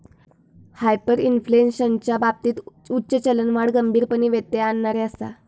हायपरइन्फ्लेशनच्या बाबतीत उच्च चलनवाढ गंभीरपणे व्यत्यय आणणारी आसा